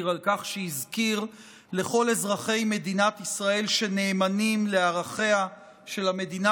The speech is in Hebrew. על כך שהזכיר לכל אזרחי מדינת ישראל שנאמנים לערכיה של המדינה